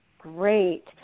Great